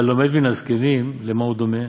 והלומד מן הזקנים, למה הוא דומה?